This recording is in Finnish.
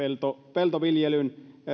peltoviljelyyn